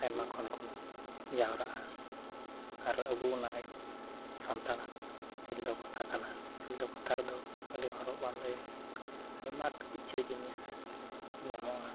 ᱟᱭᱢᱟ ᱠᱷᱚᱱᱠᱚ ᱡᱟᱣᱨᱟᱜᱼᱟ ᱟᱨ ᱟᱵᱚ ᱚᱱᱟ ᱥᱟᱱᱛᱟᱲᱟᱜ ᱥᱤᱞᱫᱟᱹ ᱯᱟᱛᱟ ᱠᱟᱱᱟ ᱥᱤᱞᱫᱟᱹ ᱯᱟᱛᱟ ᱨᱮᱫᱚ ᱟᱹᱰᱤ ᱦᱚᱨᱚᱜᱼᱵᱟᱸᱫᱮ ᱟᱭᱢᱟ ᱠᱤᱪᱷᱩ ᱡᱤᱱᱤᱥ ᱧᱟᱢᱚᱜᱼᱟ